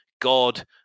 god